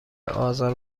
آزار